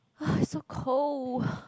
it's so cold